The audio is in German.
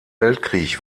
weltkrieg